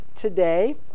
today